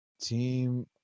team